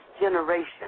generation